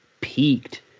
peaked